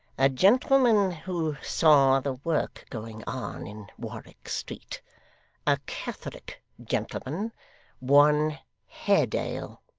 a gentleman who saw the work going on in warwick street a catholic gentleman one haredale